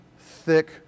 thick